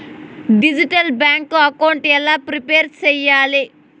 Digital bank account ఎలా prepare సెయ్యాలి?